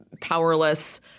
powerless